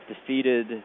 defeated